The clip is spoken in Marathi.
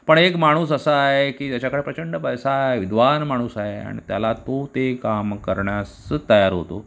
पण एक माणूस असा आहे की ज्याच्याकडे प्रचंड पैसा आहे विद्वान माणूस आहे आणि त्याला तो ते काम करण्यास तयार होतो